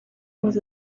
was